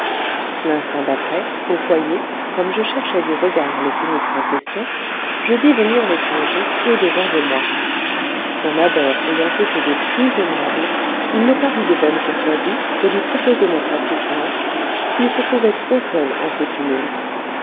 l'instant d'après au foyer comme je cherchais du regard le phénix en question je vis venir l'étranger au-devant de moi son abord ayant été des plus aimables il me parut de bonne courtoisie de lui proposer notre assistance s'il se trouvait trop seul en ce tumulte